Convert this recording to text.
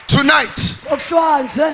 Tonight